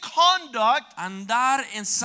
conduct